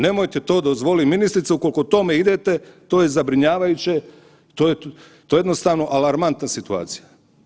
Nemojte to dozvolit ministrice, ukoliko tome idete to je zabrinjavajuće, to je jednostavno alarmantna situacija.